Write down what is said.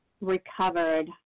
recovered